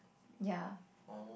ya